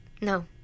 no